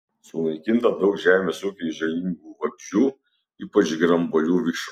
sunaikina daug žemės ūkiui žalingų vabzdžių ypač grambuolių vikšrų